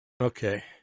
okay